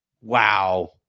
Wow